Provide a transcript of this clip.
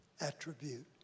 attribute